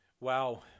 Wow